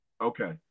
Okay